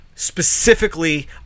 Specifically